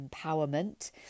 Empowerment